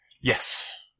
Yes